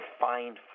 find